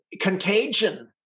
Contagion